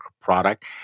product